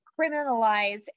criminalize